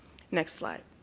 next slide.